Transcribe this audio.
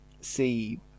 see